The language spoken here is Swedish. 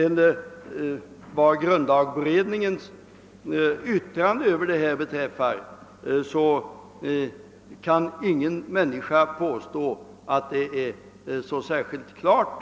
Vad beträffar grundlagberedningens yttrande över detta förslag kan väl ingen människa påstå att det är så särskilt klart.